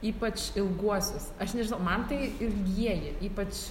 ypač ilguosius aš nežinau man tai ilgieji ypač